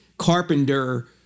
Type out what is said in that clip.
carpenter